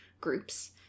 groups